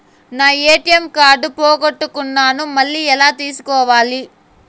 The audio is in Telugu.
నా ఎ.టి.ఎం కార్డు పోగొట్టుకున్నాను, మళ్ళీ ఎలా తీసుకోవాలి?